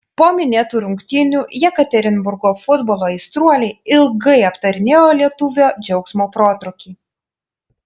po minėtų rungtynių jekaterinburgo futbolo aistruoliai ilgai aptarinėjo lietuvio džiaugsmo protrūkį